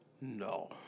No